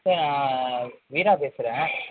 sir நான் வீரா பேசுகிறேன்